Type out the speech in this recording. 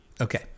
Okay